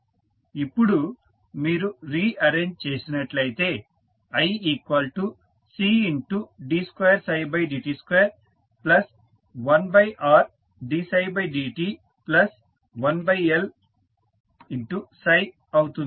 ఇప్పుడు మీరు rearrange చేసినట్లయితే iCd2dt21Rdψdt1L అవుతుంది